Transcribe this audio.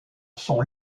sont